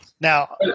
Now